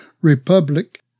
republic